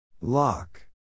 Lock